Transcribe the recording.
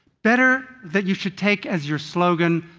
better that you should take as your slogan,